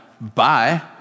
bye